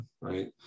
Right